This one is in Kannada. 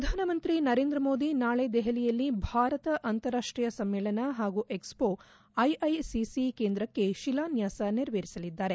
ಪ್ರಧಾನಮಂತ್ರಿ ನರೇಂದ್ರ ಮೋದಿ ನಾಳೆ ದೆಹಲಿಯಲ್ಲಿ ಭಾರತ ಅಂತಾರಾಷ್ಷೀಯ ಸಮ್ನೇಳನ ಹಾಗೂ ಎಕ್ಸ್ಫೋ ಐಐಸಿಸಿ ಕೇಂದ್ರಕ್ತೆ ಶಿಲಾನ್ಲಾಸ ನೆರವೇರಿಸಲಿದ್ದಾರೆ